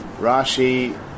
Rashi